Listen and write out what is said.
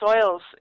soils